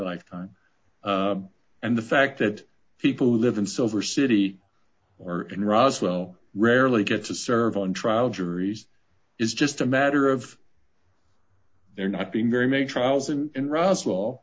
lifetime and the fact that people who live in silver city or in roswell rarely get to serve on trial juries is just a matter of their not being very make trials and russell